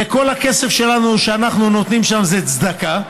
וכל הכסף שלנו, שאנחנו נותנים שם, זה צדקה,